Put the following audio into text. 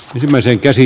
ilmeisen käsi